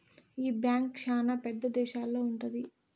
ఈ బ్యాంక్ శ్యానా పెద్ద దేశాల్లో ఉంటది